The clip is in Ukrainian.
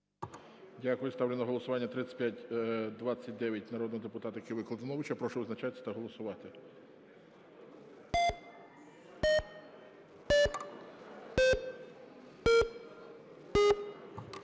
Дякую. Ставлю на голосування 3531 народних депутатів Киви і Колтуновича. Прошу визначатись та голосувати.